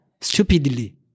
stupidly